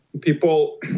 People